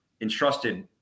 entrusted